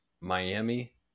Miami